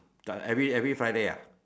got every every Friday ah